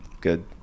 good